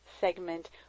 segment